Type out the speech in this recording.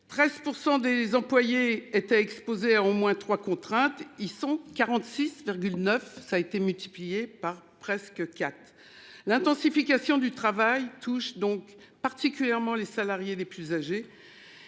813 % des employés étaient exposés à au moins 3 contrainte. Ils sont 46 9 ça a été multiplié par presque quatre l'intensification du travail touche donc particulièrement les salariés les plus âgés.